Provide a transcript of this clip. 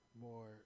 more